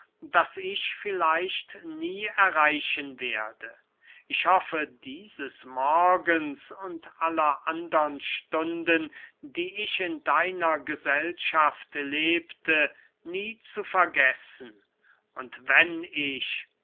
das ich vielleicht nie erreichen werde ich hoffe dieses morgens und aller andern stunden die ich in deiner gesellschaft lebte nie zu vergessen und wenn ich